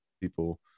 people